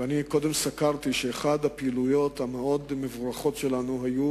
ואני קודם סקרתי ואמרתי שאחת הפעילויות המאוד-מבורכות שלנו היתה